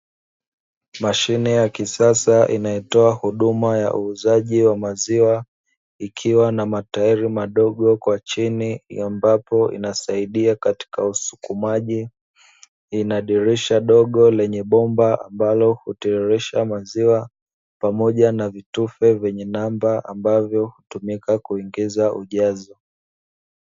Mashine ya kisasa inayoitoa huduma ya uuzaji wa maziwa, ikiwa na matairi madogo kwa chini ambapo inasaidia katika usukumaji. Ina dirisha dogo lenye bomba ambalo hutoa maziwa, pamoja na vitufe vyenye namba ambavyo hutumika kuingiza ujazo.